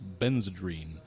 Benzedrine